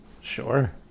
Sure